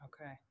okay